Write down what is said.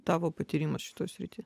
tavo patyrimas šitą sritį